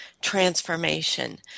transformation